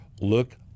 look